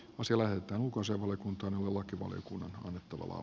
o sillä että onko samalla kun tämä lakivaliokunnan on etuvalo